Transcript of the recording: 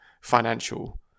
financial